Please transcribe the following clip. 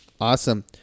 Awesome